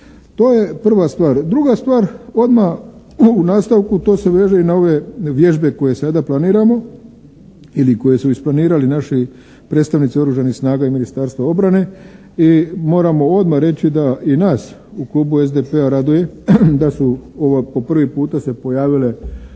To je prva stvar. Druga stvar odma u nastavku to se veže i na ove vježbe koje sada planiramo ili koje su isplanirali naši predstavnici Oružanih snaga i Ministarstva obrane. I moramo odma reći da i nas u klubu SDP-a raduje da su ovo po prvi puta se pojavile